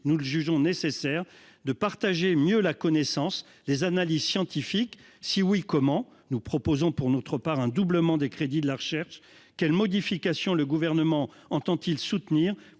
nous le jugeons nécessaire -de mieux partager la connaissance et les analyses scientifiques ? Si oui, comment ? Nous proposons, pour notre part, un doublement des crédits de la recherche. Quelle modification le Gouvernement entend-il soutenir